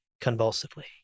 convulsively